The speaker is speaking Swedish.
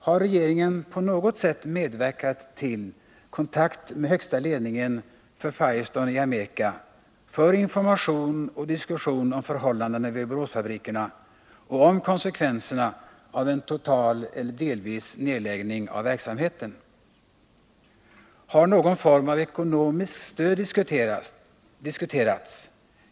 Har regeringen på något sätt medverkat till kontakt med högsta ledningen för Firestone i Amerika för information och diskussion om förhållandena vid Boråsfabrikerna och om konsekvenserna av en total eller delvis nedläggning av verksamheten? Har någon form av ekonomiskt stöd diskuterats?